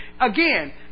again